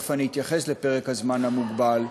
ותכף אני אתייחס לפרק הזמן המוגבל,